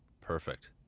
Perfect